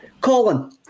Colin